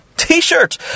t-shirt